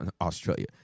Australia